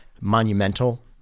monumental